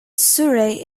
surrey